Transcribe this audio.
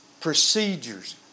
Procedures